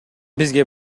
бизге